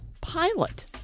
pilot